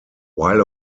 while